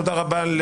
תודה רבה.